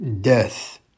death